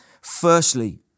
Firstly